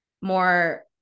more